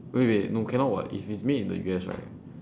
wait wait no cannot [what] if it's made in the U_S right